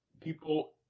people